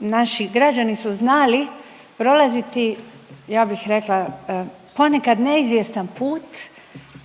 naši građani su znali prolaziti, ja bih rekla, ponekad neizvjestan put